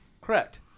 Correct